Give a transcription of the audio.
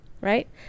right